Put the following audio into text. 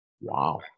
Wow